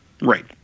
right